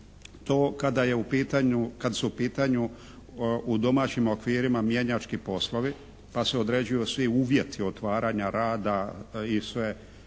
To kada su u pitanju u domaćim okvirima mjenjački poslovi pa se određuju svi uvjeti otvaranja rada i sve